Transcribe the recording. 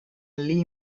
lee